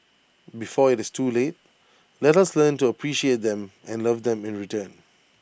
before IT is too late let us learn to appreciate them and love them in return